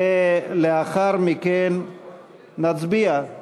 ולאחר מכן נצביע.